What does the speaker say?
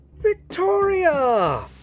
Victoria